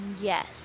Yes